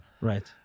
Right